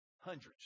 Hundreds